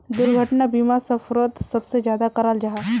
दुर्घटना बीमा सफ़रोत सबसे ज्यादा कराल जाहा